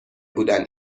بودن